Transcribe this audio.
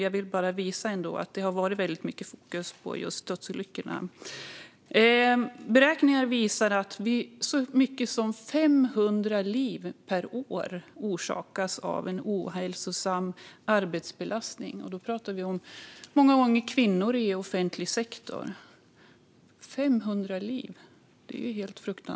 Jag ville dock visa att det har varit väldigt mycket fokus på dödsolyckorna. Beräkningar visar att så många som 500 avlider varje år på grund av ohälsosam arbetsbelastning. Det handlar många gånger om kvinnor i offentlig sektor. 500 - det är ju fruktansvärt.